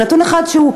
לנתון קצת